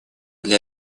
для